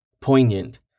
poignant